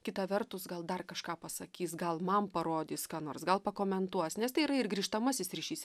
kita vertus gal dar kažką pasakys gal man parodys ką nors gal pakomentuos nes tai yra ir grįžtamasis ryšys